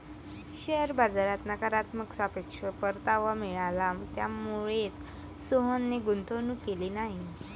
share बाजारात नकारात्मक सापेक्ष परतावा मिळाला, त्यामुळेच सोहनने गुंतवणूक केली नाही